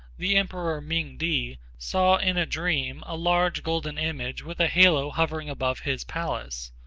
the emperor, ming-ti, saw in a dream a large golden image with a halo hovering above his palace.